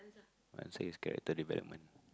answer is character development